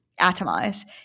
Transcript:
atomize